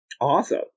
Awesome